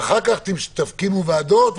ואחר כך תקימו ועדות,